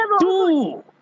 two